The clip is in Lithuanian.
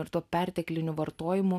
ir tuo pertekliniu vartojimu